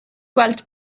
gweld